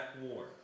war